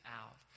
out